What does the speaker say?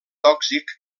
tòxic